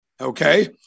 Okay